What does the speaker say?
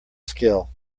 skill